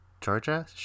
Georgia